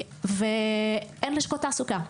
אין לשכות תעסוקה.